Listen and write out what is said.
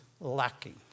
lacking